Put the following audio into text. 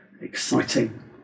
exciting